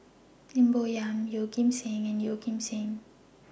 Lim Bo Yam Yeoh Ghim Seng and Yeo Kim Seng